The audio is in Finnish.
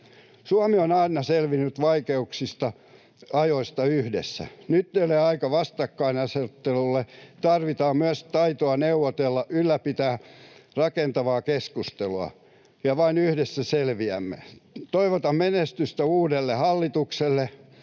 Suomi on aina selvinnyt vaikeista ajoista yhdessä. Nyt ei ole aikaa vastakkainasettelulle, tarvitaan myös taitoa neuvotella, ylläpitää rakentavaa keskustelua, ja vain yhdessä selviämme. Toivotan menestystä uudelle hallitukselle,